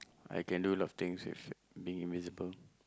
I can do a lot of things with being invisible